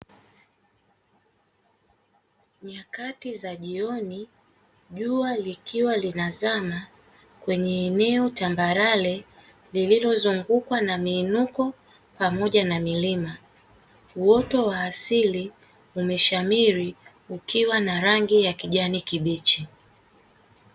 Nyakati za jioni jua likiwa linazama, kwenye eneo tambarare lililozungukwa na miinuko pamoja na milima. Uoto wa asili umeshamiri ukiwa na rangi ya kijani kibichi.